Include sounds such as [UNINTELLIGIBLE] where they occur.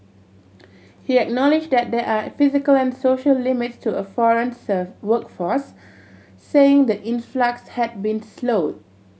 he acknowledged that there are physical and social limits to a foreign [UNINTELLIGIBLE] workforce saying the influx had been slowed